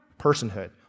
Personhood